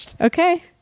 Okay